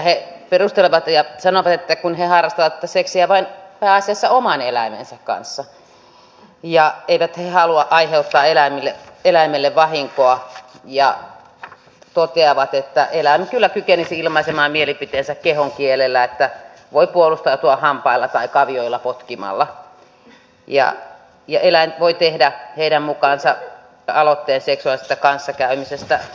he perustelevat ja sanovat että he harrastavat sitä seksiä vain pääasiassa oman eläimensä kanssa ja eivät he halua aiheuttaa eläimelle vahinkoa ja toteavat että eläimet kyllä kykenisivät ilmaisemaan mielipiteensä kehonkielellä että voi puolustautua hampailla tai kavioilla potkimalla ja eläin voi tehdä heidän mukaansa aloitteen seksuaalisesta kanssakäymisestä